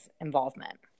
involvement